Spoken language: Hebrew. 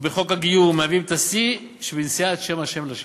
בחוק הגיור, מהווה את השיא שבנשיאת שם ה' לשווא.